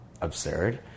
absurd